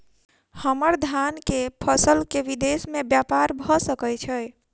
हम्मर धान केँ फसल केँ विदेश मे ब्यपार भऽ सकै छै?